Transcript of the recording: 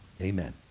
Amen